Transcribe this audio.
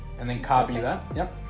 and then copy that yep